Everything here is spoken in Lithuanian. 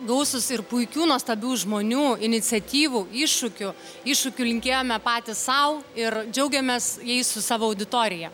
gausūs ir puikių nuostabių žmonių iniciatyvų iššūkių iššūkių linkėjome patys sau ir džiaugiamės jais su savo auditorija